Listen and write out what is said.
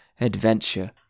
adventure